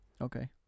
Okay